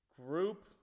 Group